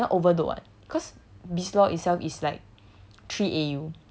so obviously he cannot overload [what] cause biz law itself is like